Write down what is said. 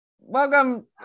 welcome